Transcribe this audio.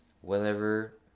whenever